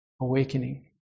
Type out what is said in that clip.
awakening